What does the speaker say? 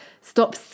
stop